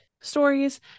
stories